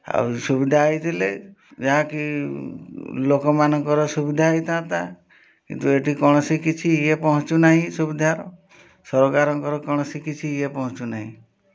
ଆଉ ସୁବିଧା ହୋଇଥିଲେ ଯାହାକି ଲୋକମାନଙ୍କର ସୁବିଧା ହୋଇଥାନ୍ତା କିନ୍ତୁ ଏଠି କୌଣସି କିଛି ଇଏ ପହଞ୍ଚୁନାହିଁ ସୁବିଧାର ସରକାରଙ୍କର କୌଣସି କିଛି ଇଏ ପହଞ୍ଚୁନାହିଁ